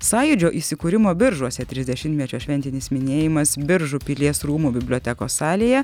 sąjūdžio įsikūrimo biržuose trisdešimtmečio šventinis minėjimas biržų pilies rūmų bibliotekos salėje